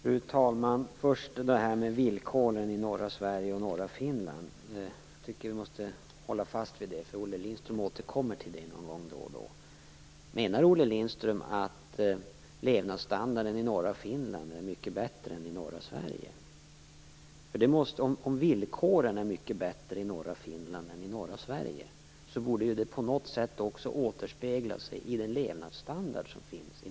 Fru talman! Först skall jag ta upp det här med villkoren i norra Sverige och norra Finland. Vi måste hålla fast vid frågan eftersom Olle Lindström återkommer till den då och då. Menar Olle Lindström att levnadsstandarden i norra Finland är mycket bättre än i norra Sverige? Om villkoren är mycket bättre i norra Finland än i norra Sverige borde det ju på något sätt också återspeglas i levnadsstandarden.